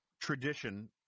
tradition